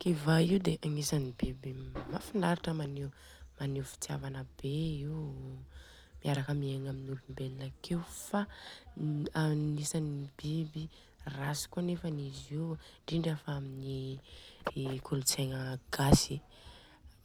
Kiva io dia agnisany biby mafinaritra, maneo fitiavana be io, miaraka miegna amin'ny olombelona akeo. Fa agnisany biby ratsy koa anefany izy io. Indrindra fa kolontsegna gasy,